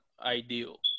ideal